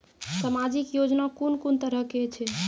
समाजिक योजना कून कून तरहक छै?